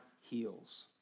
heals